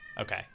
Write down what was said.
okay